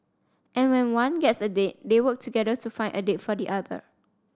and when one gets a date they work together to find a date for the other